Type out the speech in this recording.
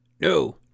No